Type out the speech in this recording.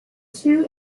two